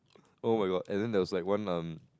oh my god and then there was like one um